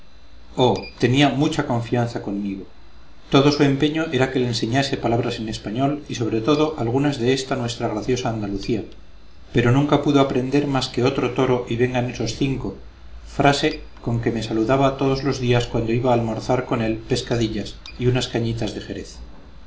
oh tenía mucha confianza conmigo todo su empeño era que le enseñase palabras de español y sobre todo algunas de ésta nuestra graciosa andalucía pero nunca pudo aprender más que otro toro y vengan esos cinco frase con que me saludaba todos los días cuando iba a almorzar con él pescadillas y unas cañitas de jerez